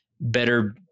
better